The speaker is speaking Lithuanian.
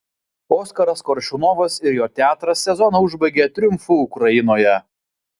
oskaras koršunovas ir jo teatras sezoną užbaigė triumfu ukrainoje